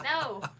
No